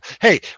Hey